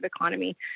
economy